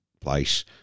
place